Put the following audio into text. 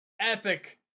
epic